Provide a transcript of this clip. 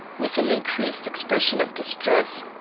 with an increased expression of distress,